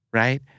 right